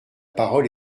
parole